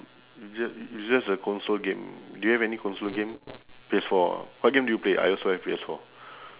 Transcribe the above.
it's just it's just a console game do you have any console game P_S four ah what game do you play I also have P_S four